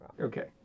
okay